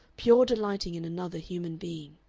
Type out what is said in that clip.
pure delighting in another human being.